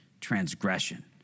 transgression